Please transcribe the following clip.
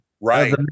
Right